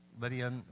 Lydia